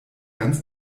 ganz